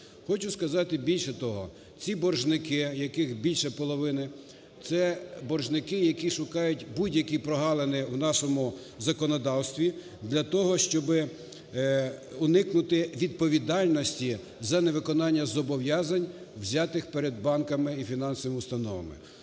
Хочу сказати, більше того, ці боржники, яких більше половини, це боржники, які шукають будь-які прогалини в нашому законодавстві для того, щоб уникнути відповідальності за невиконання зобов'язань, взятих перед банками і фінансовими установами.